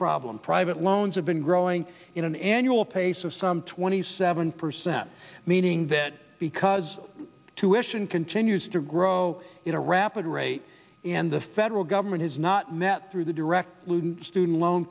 problem private loans have been growing in an annual pace of some twenty seven percent meaning that because tuitions continues to grow in a rapid rate and the federal government has not met through the direct student loan